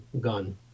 gun